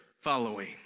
following